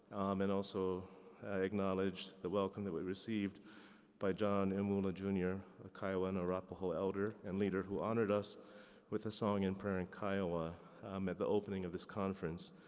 and also acknowledge the welcome that we received by john emhoolah jr. a kiowa and arapahoe elder and leader, who honored us with a song in prar-ent kiowa um at the opening of this conference.